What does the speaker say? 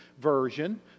version